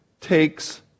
takes